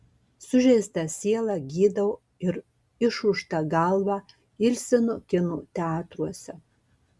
sužeistą sielą gydau ir išūžtą galvą ilsinu kino teatruose